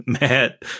Matt